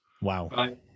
Wow